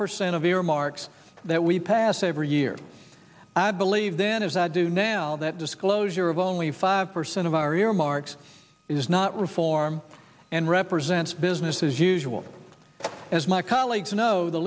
percent of earmarks that we passed every year i believe then as i do now that disclosure of only five percent of our earmarks is not reform and represents business as usual as my colleagues know the